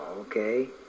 okay